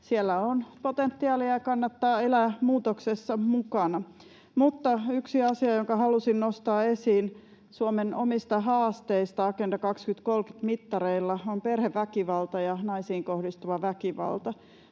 siellä on potentiaalia. Kannattaa elää muutoksessa mukana. Mutta yksi asia, jonka halusin nostaa esiin Suomen omista haasteista Agenda 2030 ‑mittareilla, on perheväkivalta ja naisiin kohdistuva väkivalta.